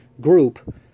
group